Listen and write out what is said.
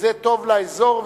וזה טוב לאזור,